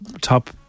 top